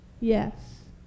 Yes